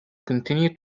continued